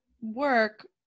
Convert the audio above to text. work